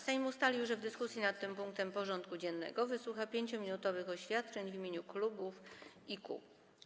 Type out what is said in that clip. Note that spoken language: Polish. Sejm ustalił, że w dyskusji nad tym punktem porządku dziennego wysłucha 5-minutowych oświadczeń w imieniu klubów i kół.